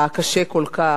הקשה כל כך.